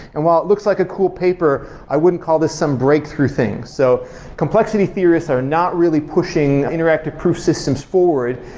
and while it looks like a cool paper, i wouldn't call this some breakthrough things. so complexity theorists are not really pushing interactive crew systems forward.